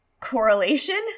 Correlation